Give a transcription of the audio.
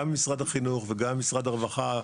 גם ממשרד החינוך וגם ממשרד הרווחה,